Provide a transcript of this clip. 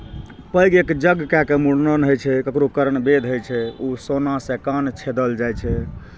पैघ एक जग कए कऽ मूड़न होइ छै ककरो कर्णवेद होइ छै ओ सोनासँ कान छेदल जाइ छै